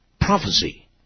prophecy